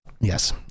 Yes